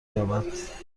یابد